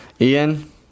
Ian